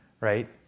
right